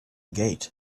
gate